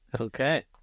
Okay